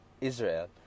Israel